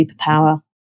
superpower